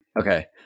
okay